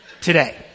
today